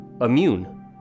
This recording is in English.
immune